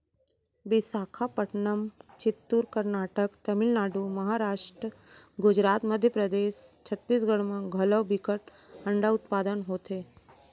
बिसाखापटनम, चित्तूर, करनाटक, तमिलनाडु, महारास्ट, गुजरात, मध्य परदेस, छत्तीसगढ़ म घलौ बिकट अंडा उत्पादन होथे